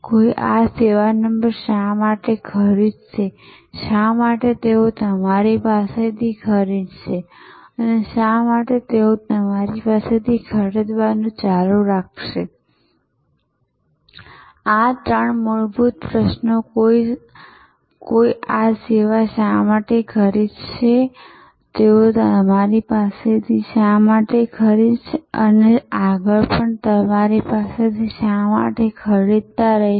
કોઈ આ સેવા નંબર શા માટે ખરીદશે શા માટે તેઓ તમારી પાસેથી ખરીદશે અને શા માટે તેઓ તમારી પાસેથી ખરીદવાનું ચાલુ રાખશે આ ત્રણ મૂળભૂત પ્રશ્નો કોઈ આ સેવા શા માટે ખરીદશે તેઓ તમારી પાસેથી શા માટે ખરીદશે અને શા માટે તેઓ ખરીદતા રહેશે